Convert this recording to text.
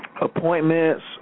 appointments